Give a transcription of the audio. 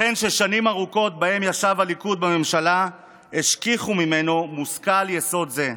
ייתכן ששנים ארוכות שבהן ישב הליכוד בממשלה השכיחו ממנו מושכל יסוד זה.